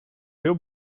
veel